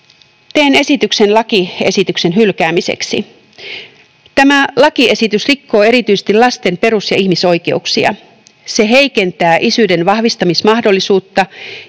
Teen esityksen lakiesityksen hylkäämiseksi. Tämä lakiesitys rikkoo erityisesti lasten perus- ja ihmisoikeuksia. Se heikentää isyyden vahvistamismahdollisuutta